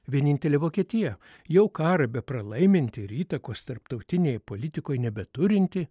vienintelė vokietija jau karą bepralaiminti ir įtakos tarptautinėje politikoj nebeturinti